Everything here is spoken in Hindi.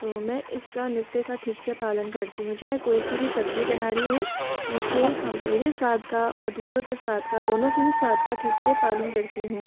तो मैं इसका नुस्खे का ठीक से पालन करती हूँ चाहे कोई सी भी सब्जी बना रही हूँ मुझे मेरे स्वाद का और दूसरों के स्वाद का दोनों के ही स्वाद का ठीक से पालन करती हूँ